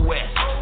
West